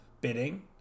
bidding